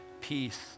peace